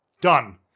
Done